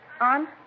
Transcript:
On